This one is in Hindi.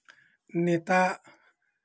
नेता